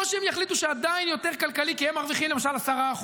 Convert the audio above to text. או שהם יחליטו שעדיין יותר כלכלי כי הם מרוויחים למשל 10%,